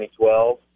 2012